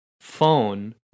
phone